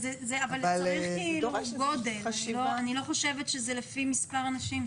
אני לא חושבת שזה לפי מספר אנשים.